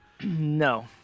No